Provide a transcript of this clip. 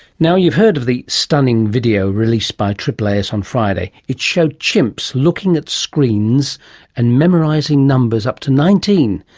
now, you've heard of the stunning video released by the aaas on friday, it showed chimps looking at screens and memorising numbers up to nineteen,